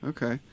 Okay